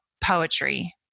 poetry